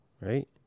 Right